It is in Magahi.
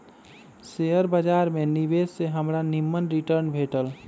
शेयर बाजार में निवेश से हमरा निम्मन रिटर्न भेटल